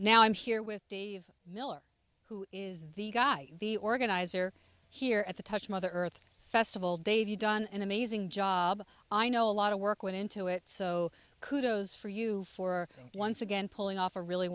now i'm here with miller who is the guy the organizer here at the touch mother earth festival dave you've done an amazing job i know a lot of work went into it so kudos for you for once again pulling off a really